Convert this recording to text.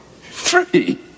Three